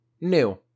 new